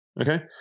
Okay